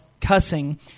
cussing